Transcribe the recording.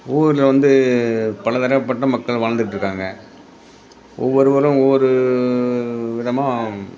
ஊரில் வந்து பலதரப்பட்ட மக்கள் வாழ்ந்துட்டுருக்காங்க ஒவ்வொருவரும் ஒவ்வொரு விதமாக